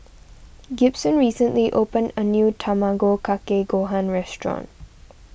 Gibson recently opened a new Tamago Kake Gohan restaurant